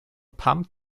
pump